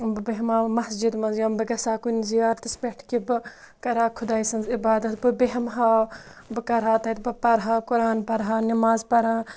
بہٕ بیٚہما مَسجِدِ منٛز یہِ یا گَژھٕ ہا کُنہِ زِیارتَس پؠٹھ کہِ بہٕ کَرٕ ہا خُدایَس سٕنٛز عِبادَتھ بہٕ بیٚہمہٕ ہا بہٕ کَرٕ ہا تَتہِ بہٕ پَرٕ ہا قۅران پَرٕ ہا نٮ۪ماز پَرٕ ہا